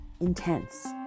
intense